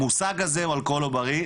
המושג הזה אלכוהול עוברי,